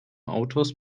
autors